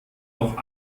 noch